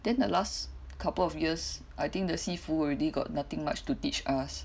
then the last couple of years I think the shifu already got nothing much to teach us